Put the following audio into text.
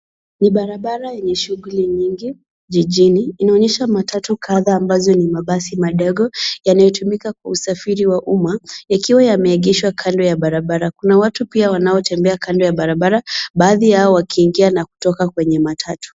Ni barabara yenye shughuli nyingi jijini. Inaonyesha matatu kadha ambazo ni mabasi madogo, yanayotumika kwa usafiri wa umma ikiwa yameagishwa kando ya barabara. Kuna watu pia wanaotembea kando ya barabara baadhi yao wakiingia na kutoka kwenye matatu.